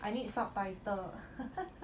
I need subtitle